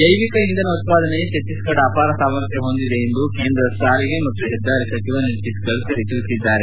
ಜೈವಿಕ ಇಂಧನ ಉತ್ಪಾದನೆಗೆ ಛತ್ತೀಸಗಢ ಅಪಾರ ಸಾಮರ್ಥ್ಯ ಹೊಂದಿದೆ ಎಂದು ಕೇಂದ್ರ ರಸ್ತೆ ಸಾರಿಗೆ ಸಚಿವ ನಿತಿನ್ ಗಡ್ಕರಿ ಹೇಳಿದ್ದಾರೆ